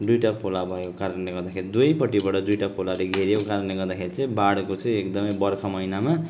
दुइवटा खोला भएको कारणले गर्दाखेरि चाहिँ दुवैपट्टिबाट दुइवटा खोलाले घेरिएको कारणले गर्दाखेरि चाहिँ बाढहरूको चाहिँ एकदमै बर्खा महिनामा